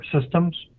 systems